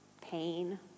Pain